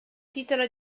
titolo